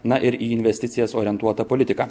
na ir į investicijas orientuota politika